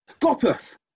Gopeth